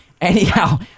Anyhow